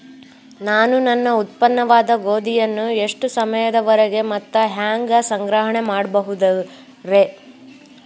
ನಾನು ನನ್ನ ಉತ್ಪನ್ನವಾದ ಗೋಧಿಯನ್ನ ಎಷ್ಟು ಸಮಯದವರೆಗೆ ಮತ್ತ ಹ್ಯಾಂಗ ಸಂಗ್ರಹಣೆ ಮಾಡಬಹುದುರೇ?